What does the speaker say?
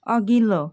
अघिल्लो